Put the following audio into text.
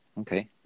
Okay